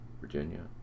Virginia